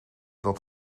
dat